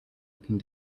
looking